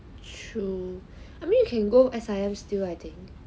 true I mean you can go S_I_M still I think